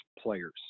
players